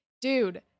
Dude